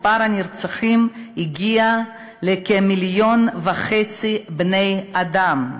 מספר הנרצחים הגיע לכמיליון וחצי בני-אדם,